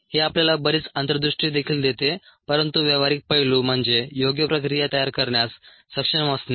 हे आपल्याला बरीच अंतर्दृष्टी देखील देते परंतु व्यावहारिक पैलू म्हणजे योग्य प्रक्रिया तयार करण्यास सक्षम असणे